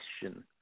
question